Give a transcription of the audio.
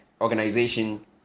organization